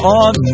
on